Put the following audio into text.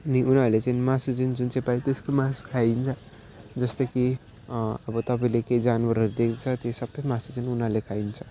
नि उनीहरूले चाहिँ मासु जुन चाहिँ पायो त्यसकै मासु खाइदिन्छ जस्तै कि अब तपाईँले के जनावरहरू देखेको छ त्यो सबै मासु चाहिँ उनीहरूले खाइन्छ